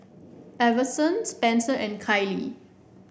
Iverson Spenser and Kailee